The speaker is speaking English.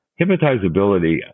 Hypnotizability